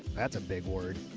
that's a big word.